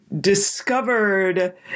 discovered